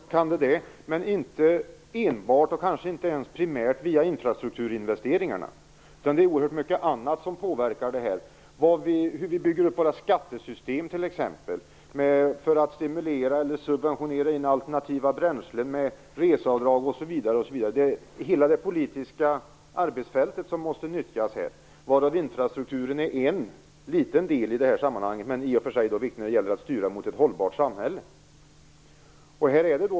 Herr talman! Självklart kan det vara så, men inte enbart och kanske inte ens primärt via infrastrukturinvesteringarna. Det är oerhört mycket annat som påverkar detta, t.ex. hur vi bygger upp våra skattesystem för att stimulera eller subventionera in alternativa bränslen med reseavdrag osv. Hela det politiska arbetsfältet måste nyttjas. Infrastrukturen är en liten den i det här sammanhanget som i och för sig är viktig när det gäller att styra mot ett hållbart samhälle.